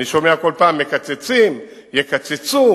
אני שומע בכל פעם: מקצצים, יקצצו,